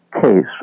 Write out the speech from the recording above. case